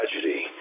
tragedy